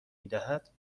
میدهد